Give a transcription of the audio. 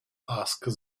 asked